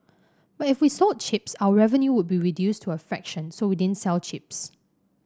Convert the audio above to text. but if we sold chips our revenue would be reduced to a fraction so we didn't sell chips